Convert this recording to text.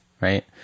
right